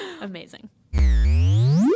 amazing